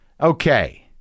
okay